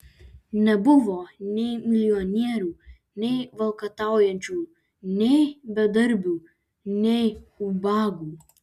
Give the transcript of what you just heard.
nebuvo nei milijonierių nei valkataujančių nei bedarbių nei ubagų